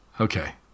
Okay